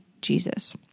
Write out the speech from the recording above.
Jesus